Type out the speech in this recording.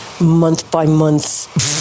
month-by-month